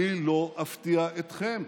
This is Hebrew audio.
אני לא אפתיע אתכם.